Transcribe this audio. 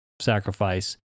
sacrifice